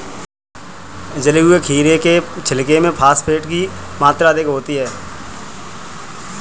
जले हुए खीरे के छिलके में फॉस्फेट की मात्रा अधिक होती है